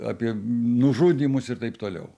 apie nužudymus ir taip toliau